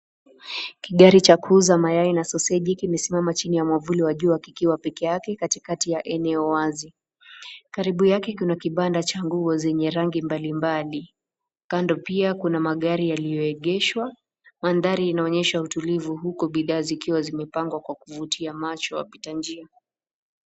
Kideri cha kuuza mayai na soseji kimesimama chini ya mwavulia wa jua ikiwa pekeyake katikakati ya eneo wazi, karibu yake kuna kibanda cha nguo zenye rangi mbali mbali, kando pia kuna magari yalioe geshwa, mandhari inaonesha utulivu huku bidhaa zimepangwa kwa kuvutia macho wapita njia.